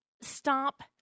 Stop